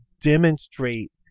demonstrate